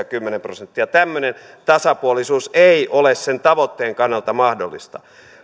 kymmenen prosenttia tämmöinen tasapuolisuus ei ole sen tavoitteen kannalta mahdollista